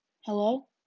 hello